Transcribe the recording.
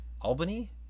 albany